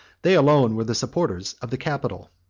they alone were the supporters of the capitol.